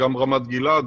גם רמת גלעד,